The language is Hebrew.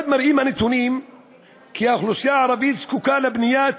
הנתונים מראים עוד כי האוכלוסייה הערבית זקוקה לבניית